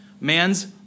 man's